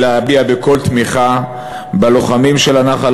אלא להביע בקול תמיכה בלוחמים של הנח"ל